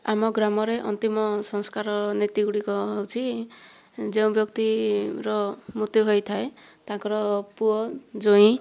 ଆମ ଗ୍ରାମରେ ଅନ୍ତିମ ସଂସ୍କାରର ନୀତି ଗୁଡ଼ିକ ହେଉଛି ଯେଉଁ ବ୍ୟକ୍ତିର ମୃତ୍ୟୁ ହୋଇଥାଏ ତାଙ୍କର ପୁଅ ଜ୍ଵାଇଁ